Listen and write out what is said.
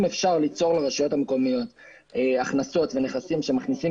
אם אפשר ליצור לרשויות המקומיות הכנסות ונכסים שמכניסים